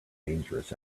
dangerous